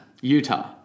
Utah